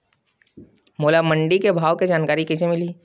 मोला मंडी के भाव के जानकारी कइसे मिलही?